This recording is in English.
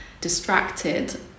distracted